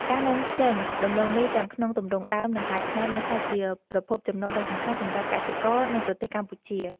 ការនាំចេញដំឡូងមីទាំងក្នុងទម្រង់ដើម និងកែច្នៃ បានក្លាយជាប្រភពចំណូលដ៏សំខាន់សម្រាប់កសិករ និងប្រទេសកម្ពុជា។